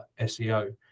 SEO